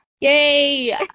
Yay